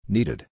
Needed